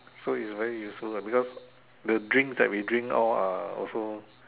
so it's very useful lah because the drinks that we drink all are also